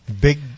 Big